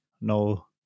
No